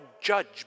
judge